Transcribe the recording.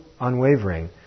unwavering